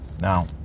Now